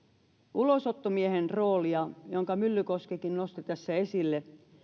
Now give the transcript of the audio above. ulosottomiehen roolia jonka myllykoskikin nosti tässä esille